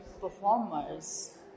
performers